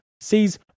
sees